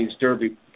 derby